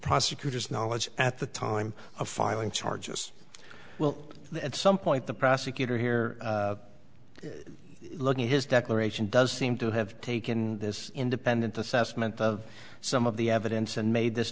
prosecutor's knowledge at the time of filing charges will at some point the prosecutor here looking his declaration does seem to have taken this independent assessment of some of the evidence and made this